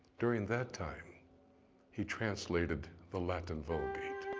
during that time he translated the latin vulgate.